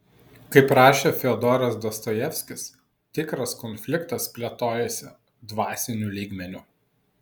kaip rašė fiodoras dostojevskis tikras konfliktas plėtojasi dvasiniu lygmeniu